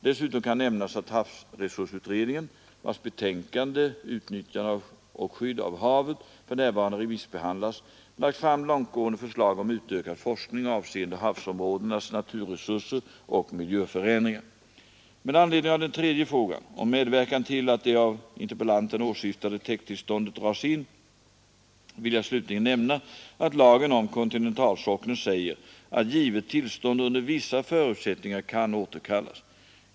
Dessutom kan nämnas att havsresursutredningen, vars betänkande ”Utnyttjande och skydd av havet” för närvarande remissbehandlas, lagt fram långtgående förslag om utökad forskning avseende havsområdenas naturresurser och miljöförändringar. Med anledning av den tredje frågan — om medverkan till att det av interpellanten åsyftade täkttillståndet dras in — vill jag slutligen nämna att lagen om kontinentalsockeln säger att givet tillstånd under vissa förutsättningar kan återkallas.